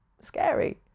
scary